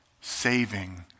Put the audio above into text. saving